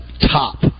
top